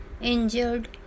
injured